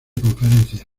conferencias